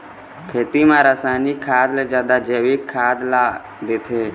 खेती म रसायनिक खाद ले जादा जैविक खाद ला देथे